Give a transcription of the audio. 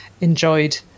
enjoyed